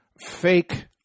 fake